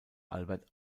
albert